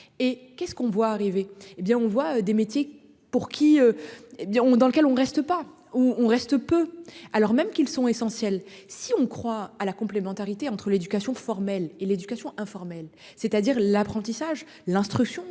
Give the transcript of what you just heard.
et qu'est-ce qu'on voit arriver, hé bien on voit des métiers pour qui. Et, me dit-on, dans lequel on reste pas où on reste peu alors même qu'ils sont essentiels, si on croit à la complémentarité entre l'éducation formelle et l'éducation informelle, c'est-à-dire l'apprentissage l'instruction